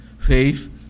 faith